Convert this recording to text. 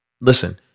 Listen